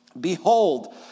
Behold